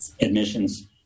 Admissions